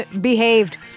behaved